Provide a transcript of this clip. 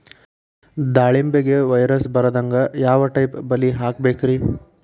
ದಾಳಿಂಬೆಗೆ ವೈರಸ್ ಬರದಂಗ ಯಾವ್ ಟೈಪ್ ಬಲಿ ಹಾಕಬೇಕ್ರಿ?